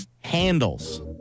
handles